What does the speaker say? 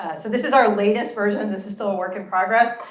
so this is our latest version. this is still a work in progress.